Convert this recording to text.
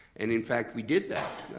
and, in fact, we did that.